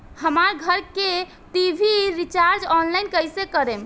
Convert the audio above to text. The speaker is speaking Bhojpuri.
हमार घर के टी.वी रीचार्ज ऑनलाइन कैसे करेम?